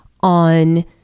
on